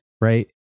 right